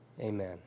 amen